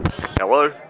Hello